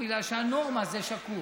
שקוף, בגלל שהנורמה זה שקוף.